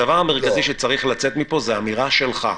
הדבר המרכזי שצריך לצאת מפה זה אמירה שלך,